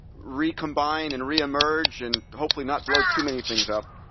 recombine and reemerge, and hopefully not blow too many things up.